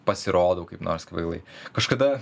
pasirodau kaip nors kvailai kažkada